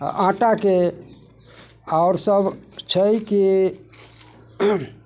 आटाके आओर सब छै कि